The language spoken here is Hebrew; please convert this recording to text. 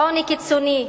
עוני קיצוני,